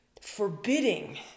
forbidding